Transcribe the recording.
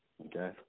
Okay